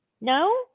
No